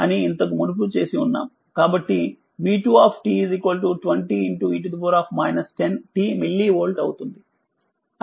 కాబట్టిv2 20 e 10t millivolt అవుతుంది